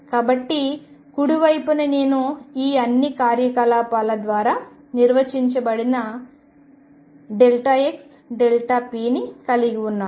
కాబట్టి కుడి వైపున నేను ఈ అన్ని కార్యకలాపాల ద్వారా నిర్వచించబడిన xp ని కలిగి ఉన్నాను